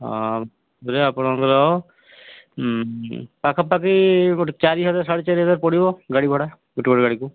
ହଁ ଆପଣଙ୍କର ପାଖାପାଖି ଗୋଟେ ଚାରି ହଜାର ସାଢ଼େ ଚାରି ହଜାର ପଡ଼ିବ ଗାଡ଼ି ଭଡ଼ା ଗୋଟେ ଗୋଟେ ଗାଡ଼ିକୁ